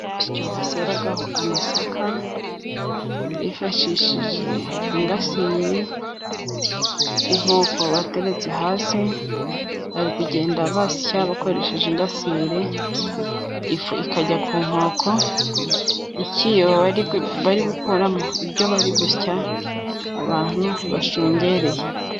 Urusyo baseraho amasaka bifashishije ingasire, inkoko bateretse hasi, ari kugenda basya bakoresheje ingasire, ifu ikajya ku nkoko, ikibo bari gukuramo ibyo bari gusya abantu bashungereye.